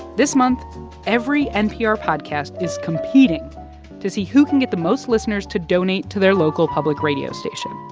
this month every npr podcast is competing to see who can get the most listeners to donate to their local public radio station,